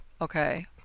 Okay